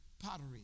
pottery